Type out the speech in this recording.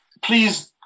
Please